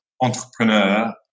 entrepreneur